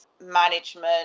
management